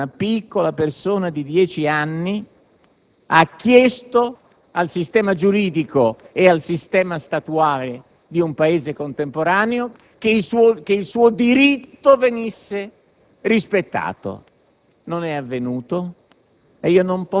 una piccola persona di dieci anni, che ha chiesto al sistema giuridico e statuale di un Paese contemporaneo che il suo diritto venisse rispettato. Ciò non è avvenuto